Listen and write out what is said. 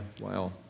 Wow